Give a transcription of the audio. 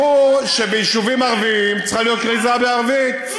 ברור שביישובים ערביים צריכה להיות כריזה בערבית.